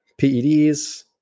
PEDs